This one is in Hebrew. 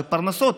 זו פרנסה.